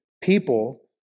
people